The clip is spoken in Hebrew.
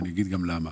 ואני אגיד גם למה.